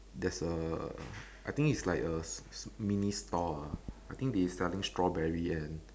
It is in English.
there's a I think it's like a mini stall ah I think they selling strawberry and